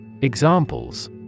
Examples